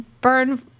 burn